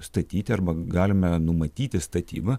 statyti arba galime numatyti statybą